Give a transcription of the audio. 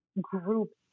groups